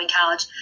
college